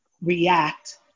react